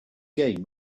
game